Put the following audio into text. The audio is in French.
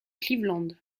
cleveland